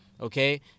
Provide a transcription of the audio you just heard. Okay